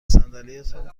صندلیتان